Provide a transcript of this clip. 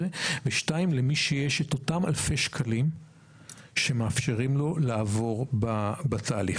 ולמי שיש את אותם אלפי שקלים שמאפשרים לו לעבור בתהליך.